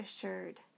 assured